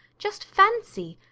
just fancy!